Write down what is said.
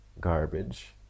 garbage